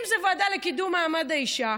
אם זו ועדה לקידום מעמד האישה,